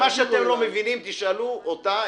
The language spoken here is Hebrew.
מה שאתם לא מבינים תשאלו אותה,